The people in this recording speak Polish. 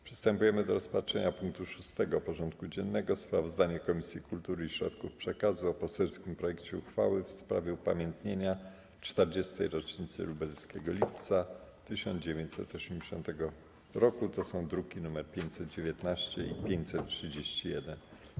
Przystępujemy do rozpatrzenia punktu 6. porządku dziennego: Sprawozdanie Komisji Kultury i Środków Przekazu o poselskim projekcie uchwały w sprawie upamiętnienia 40. rocznicy Lubelskiego Lipca ’80 (druki nr 519 i 531)